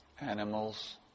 Animals